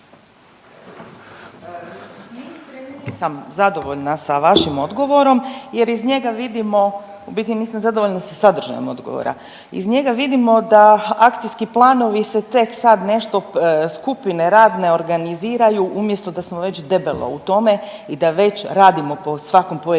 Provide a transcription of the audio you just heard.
Nisam zadovoljna sa vašim odgovorom jer iz njega vidimo, u biti nisam zadovoljna sa sadržajem odgovora. Iz njega vidimo da akcijski planovi se tek sad nešto skupine radne organiziraju umjesto da smo već debelo u tome i da već radimo po svakom pojedinačnom